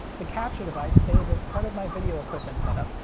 the capture device stays as part of my video equipment setup,